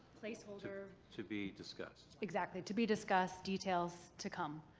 placeholder. to be discussed? exactly. to be discussed. details to come,